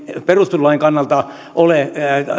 perustuslain kannalta ole